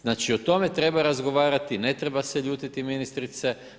Znači, o tome treba razgovarati, ne treba se ljutiti ministrice.